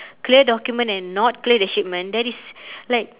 clear document and not clear the shipment that is like